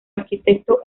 arquitecto